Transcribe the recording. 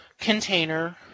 container